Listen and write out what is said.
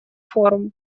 форум